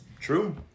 True